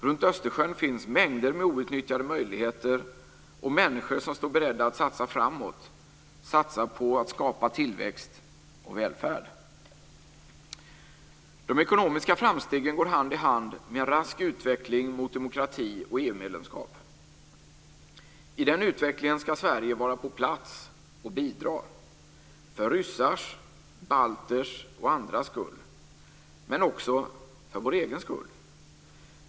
Runt Östersjön finns mängder med outnyttjade möjligheter och människor som står beredda att satsa framåt, satsa på att skapa tillväxt och välfärd. De ekonomiska framstegen går hand i hand med en rask utveckling mot demokrati och EU medlemskap. I den utvecklingen ska Sverige vara på plats och bidra för ryssars, balters och andras skull, men också för vår egen skull.